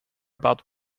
about